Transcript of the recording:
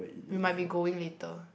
we might be going later